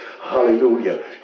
Hallelujah